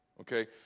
Okay